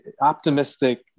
optimistic